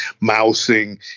mousing